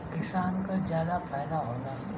किसान क जादा फायदा होला